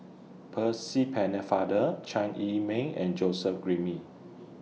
Percy Pennefather Chai Yee Mei and Joseph